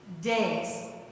days